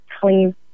clean